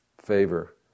favor